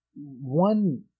one